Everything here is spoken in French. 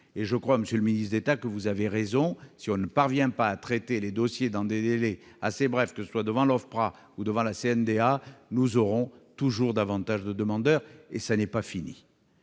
d'asile. Monsieur le ministre d'État, vous avez raison : si l'on ne parvient pas à traiter les dossiers dans des délais assez brefs, que ce soit devant l'OFPRA ou devant la CNDA, nous aurons toujours davantage de demandeurs, et l'opinion